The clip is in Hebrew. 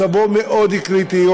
מצבו מאוד קריטי.